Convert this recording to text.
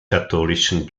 katholischen